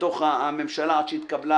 בתוך הממשלה עד שהתקבלה